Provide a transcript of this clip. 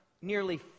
nearly